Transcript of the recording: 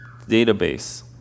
database